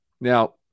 Now